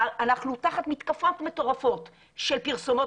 אנחנו תחת מתקפות מטורפות של פרסומות.